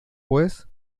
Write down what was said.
pues